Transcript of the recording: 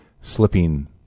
slipping